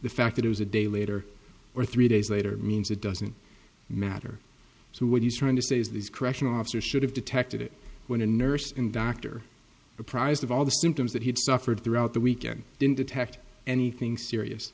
the fact that it was a day later or three days later means it doesn't matter so what he's trying to say is these correctional officers should have detected it when a nurse and doctor apprised of all the symptoms that he'd suffered throughout the weekend didn't detect anything serious